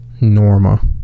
Norma